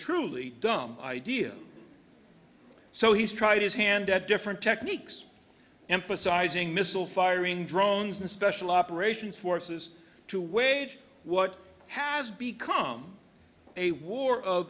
truly dumb idea so he's tried his hand at different techniques emphasizing missile firing drones and special operations forces to wage what has become a war of